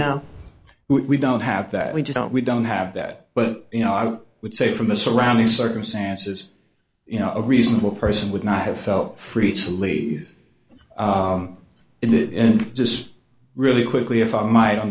now we don't have that we don't we don't have that but you know i would say from the surrounding circumstances you know a reasonable person would not have felt free to leave it in just really quickly if i might on